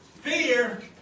Fear